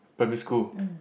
primary school